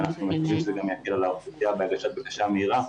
ואנחנו גם חושבים שזה יקל על האוכלוסייה בהגשת בקשה מהירה.